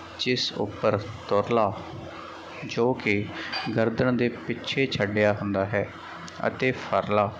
ਜਿਸ ਉੱਪਰ ਤੁਰਲਾ ਜੋ ਕਿ ਗਰਦਨ ਦੇ ਪਿੱਛੇ ਛੱਡਿਆ ਹੁੰਦਾ ਹੈ ਅਤੇ ਫਰਲਾ